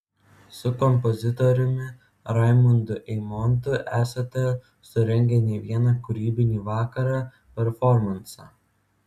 su kompozitoriumi raimundu eimontu esate surengę ne vieną kūrybinį vakarą performansą